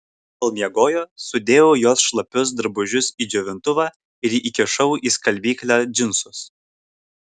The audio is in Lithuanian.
kol miegojo sudėjau jos šlapius drabužius į džiovintuvą ir įkišau į skalbyklę džinsus